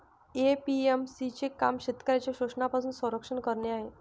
APMC चे काम शेतकऱ्यांचे शोषणापासून संरक्षण करणे आहे